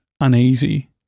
uneasy